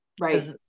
Right